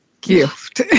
gift